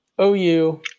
OU